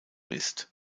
ist